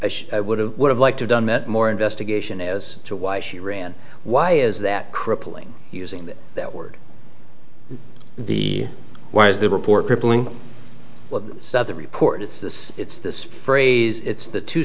i would have would have liked to done met more investigation as to why she ran why is that crippling using that word the why is the report crippling souther report it's this it's this phrase it's the two